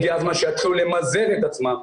הגיע הזמן שיתחילו למזער את עצמם,